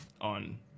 on